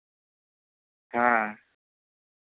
ᱦᱮᱸ